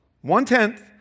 one-tenth